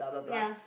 ya